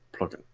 plugin